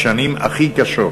בשנים הכי קשות,